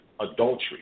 adultery